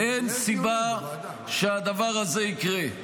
אין סיבה שהדבר הזה יקרה.